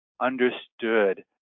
understood